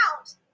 out